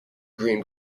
green